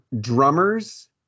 drummers